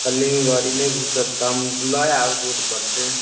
कहली गड़ी नहि घूसत तऽ हम लऽ आएब दूध पर से